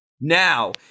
Now